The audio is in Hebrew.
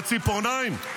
בציפורניים.